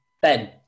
Ben